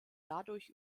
dadurch